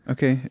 Okay